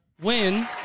Win